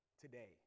today